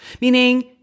Meaning